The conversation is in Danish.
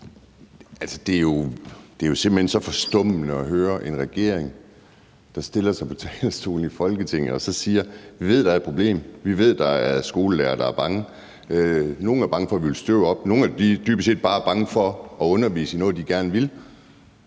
Det er jo simpelt hen så forstemmende at høre en minister, der stiller sig på talerstolen i Folketinget og siger: Vi ved, der er et problem; vi ved, der er skolelærere, som er bange – nogle er bange for at hvirvle støvet op, nogle er dybest set bare bange for at undervise i noget, de gerne vil